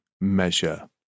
measure